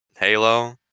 Halo